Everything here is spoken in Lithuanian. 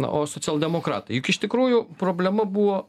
o socialdemokratai juk iš tikrųjų problema buvo